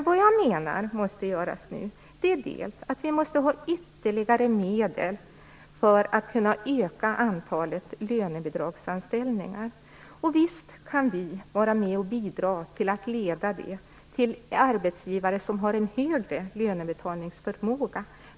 Vad jag menar att vi måste göra nu är att ge ytterligare medel för att kunna öka antalet lönebidragsanställningar. Visst kan vi vara med och bidra till att leda det till arbetsgivare som har en bättre lönebetalningsförmåga.